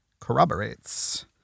corroborates